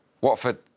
Watford